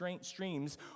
streams